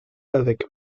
avec